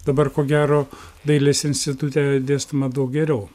dabar ko gero dailės institute dėstoma daug geriau